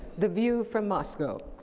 the view from moscow.